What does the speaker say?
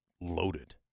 loaded